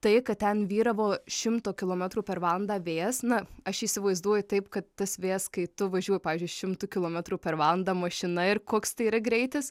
tai kad ten vyravo šimto kilometrų per valandą vėjas na aš įsivaizduoju taip kad tas vėjas kai tu važiuoji pavyzdžiui šimtu kilometrų per valandą mašina ir koks tai yra greitis